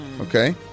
Okay